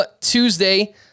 Tuesday